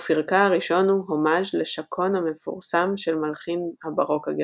ופרקה הראשון הוא הומאז׳ לשאקון המפורסם של מלחין הבארוק הגרמני.